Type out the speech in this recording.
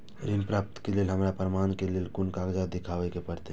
ऋण प्राप्त के लेल हमरा प्रमाण के लेल कुन कागजात दिखाबे के परते?